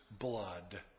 blood